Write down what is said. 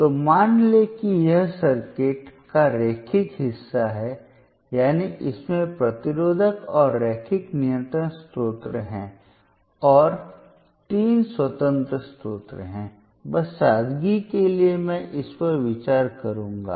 तो मान लें कि यह सर्किट का रैखिक हिस्सा है यानी इसमें प्रतिरोधक और रैखिक नियंत्रण स्रोत हैं और तीन स्वतंत्र स्रोत हैं बस सादगी के लिए मैं इस पर विचार करूंगा